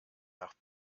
nach